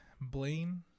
Blaine